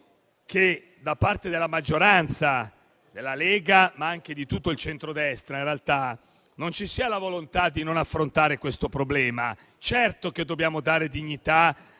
che da parte della maggioranza, della Lega ma in realtà anche di tutto il centrodestra, ci sia la volontà di affrontare questo problema. Certo che dobbiamo dare dignità